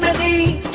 the